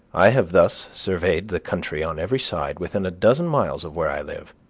i have thus surveyed the country on every side within a dozen miles of where i live.